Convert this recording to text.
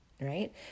Right